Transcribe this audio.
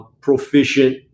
proficient